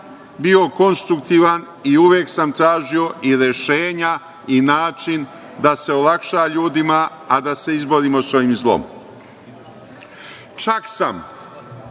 bio konstruktivan i uvek sam tražio i rešenja i način da se olakša ljudima, a da se izborimo sa ovim zlom. Čak sam